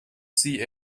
see